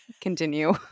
Continue